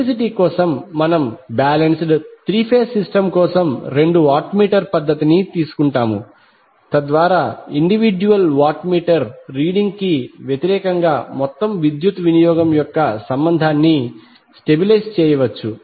simplicity కోసం మనము balanced three phase system కోసం రెండు వాట్ మీటర్ పద్ధతిని తీసుకుంటాము తద్వారా ఇండివిడ్యుయల్ వాట్ మీటర్ రీడింగ్ కి వ్యతిరేకంగా మొత్తం విద్యుత్ వినియోగం యొక్క సంబంధాన్ని స్టెబిలైజ్ చేయవచ్చు